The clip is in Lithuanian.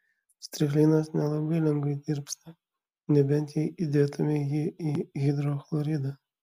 strichninas nelabai lengvai tirpsta nebent jei įdėtumei jį į hidrochloridą